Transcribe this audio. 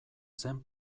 zen